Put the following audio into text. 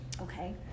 okay